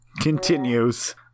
continues